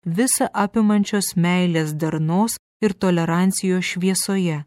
visa apimančios meilės darnos ir tolerancijos šviesoje